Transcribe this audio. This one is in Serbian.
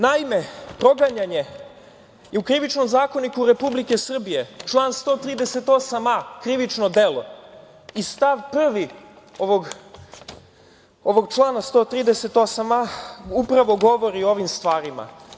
Naime, proganjanje je u Krivičnom zakoniku Republike Srbije, član 138a krivično delo i stav 1. ovog člana 138a upravo govori o ovim stvarima.